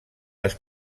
les